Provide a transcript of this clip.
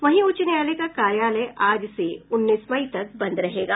वहीं उच्च न्यायालय का कार्यालय आज से उन्नीस मई तक बंद रहेगा